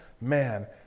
Man